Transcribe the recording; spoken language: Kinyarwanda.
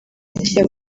yagiye